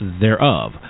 thereof